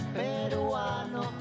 peruano